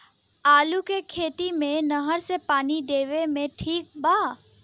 आलू के खेती मे नहर से पानी देवे मे ठीक बा?